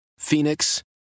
Phoenix